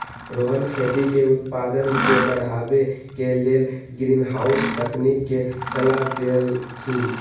रोहन खेती के उत्पादन के बढ़ावे के लेल ग्रीनहाउस तकनिक के सलाह देलथिन